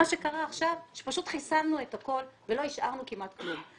מה שקרה עכשיו זה שפשוט חיסלנו את הכול ולא השארנו כמעט כלום.